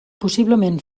possiblement